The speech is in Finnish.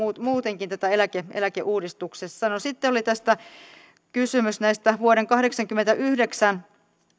muutenkin tässä eläkeuudistuksessa sitten oli kysymys näistä vuonna kahdeksankymmentäyhdeksän